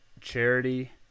charity